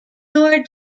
nor